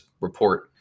report